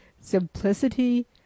simplicity